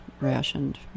rationed